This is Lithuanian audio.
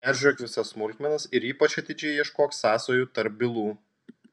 peržiūrėk visas smulkmenas ir ypač atidžiai ieškok sąsajų tarp bylų